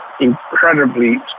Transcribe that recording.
incredibly